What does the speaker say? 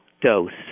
dose